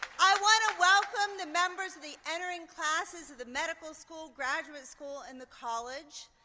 i want to welcome the members of the entering classes of the medical school, graduate school, and the college.